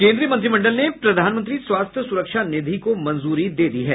केन्द्रीय मंत्रिमंडल ने प्रधानमंत्री स्वास्थ्य सुरक्षा निधि को मंजूरी दे दी है